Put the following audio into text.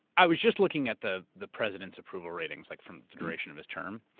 i was just looking at the the president's approval ratings like from the duration of his term,